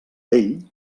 vell